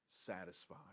satisfied